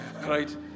right